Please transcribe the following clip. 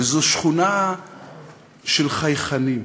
וזו שכונה של חייכנים,